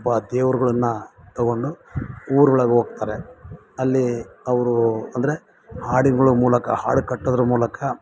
ಒಬ್ಬ ದೇವರುಗಳನ್ನ ತೊಗೊಂಡು ಊರೋಳಗೆ ಹೋಗ್ತಾರೆ ಅಲ್ಲಿ ಅವರು ಅಂದರೆ ಹಾಡುಗಳ ಮೂಲಕ ಹಾಡು ಕಟ್ಟೋದ್ರ ಮೂಲಕ